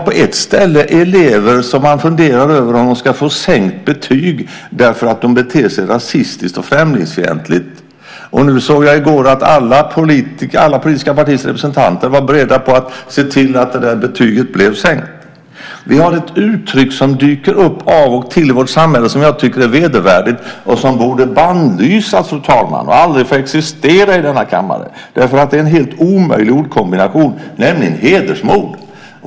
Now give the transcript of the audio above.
På ett ställe funderar man över om elever ska få sänkt betyg därför att de beter sig rasistiskt och främlingsfientligt. Jag såg i går att alla politiska partiers representanter nu var beredda att se till att betyget också blev sänkt. Vi har ett uttryck som dyker upp av och till i vårt samhälle som jag tycker är vedervärdigt och borde bannlysas, fru talman, och aldrig få existera i denna kammare eftersom det är en helt omöjlig ordkombination, nämligen hedersmord.